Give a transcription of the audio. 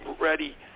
ready